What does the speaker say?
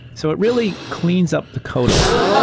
so it really cleans up the code a lot.